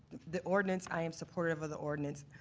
the ordinance, i am supportive of the ordinance.